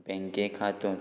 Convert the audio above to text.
बँके हातूंत